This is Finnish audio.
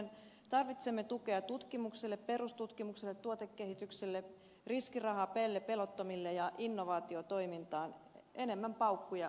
me tarvitsemme tukea tutkimukselle perustutkimukselle tuotekehitykselle riskirahaa pellepelottomille ja innovaatiotoimintaan enemmän paukkuja kaikkeen tällaiseen